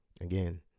Again